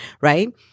Right